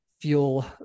fuel